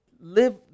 live